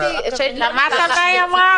שמעת מה היא אמרה?